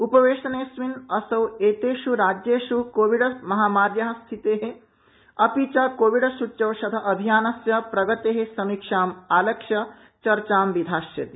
उपवेशनेऽस्मिन् असौ एतेष् राज्येष् कोविडमहामार्या स्थिते अपि च कोविडसूच्यौषध अभियानस्य प्रगते समीक्षाम् आलक्ष्य चर्चा विधास्यति